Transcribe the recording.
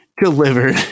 Delivered